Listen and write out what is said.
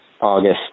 August